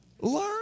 Learn